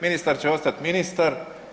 Ministar će ostati ministar.